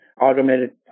automated